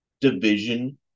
division